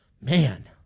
Man